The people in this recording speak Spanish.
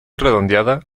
redondeada